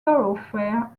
thoroughfare